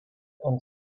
ant